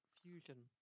fusion